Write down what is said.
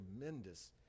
tremendous